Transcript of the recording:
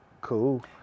Cool